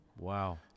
Wow